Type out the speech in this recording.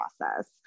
process